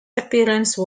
appearance